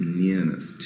nearness